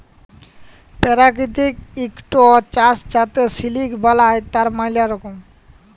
পেরাকিতিক ইকট চাস যাতে সিলিক বালাই, তার ম্যালা রকম